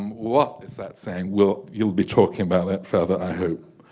um what is that saying well you'll be talking about that further i hope.